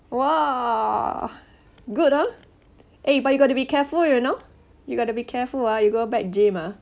!wah! good ah eh but you got to be careful you know you gotta be careful ah you go back gym ah